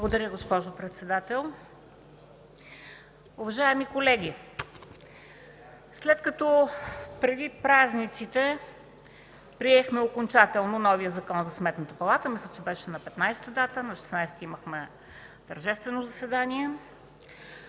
Благодаря, госпожо председател. Уважаеми колеги, след като преди празниците приехме окончателно новия Закон за Сметната палата – мисля, че беше на 15-а дата, на 16-и имахме тържествено заседание,